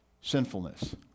sinfulness